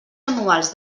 anuals